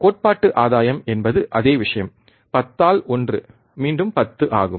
கோட்பாட்டு ஆதாயம் என்பது அதே விஷயம் 10 ஆல் 1 மீண்டும் அது 10 ஆகும்